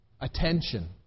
attention